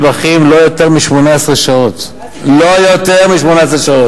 בנושא המתמחים, אדוני היושב-ראש,